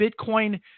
Bitcoin